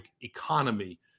economy